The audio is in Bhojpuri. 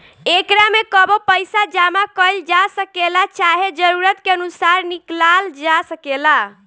एकरा में कबो पइसा जामा कईल जा सकेला, चाहे जरूरत के अनुसार निकलाल जा सकेला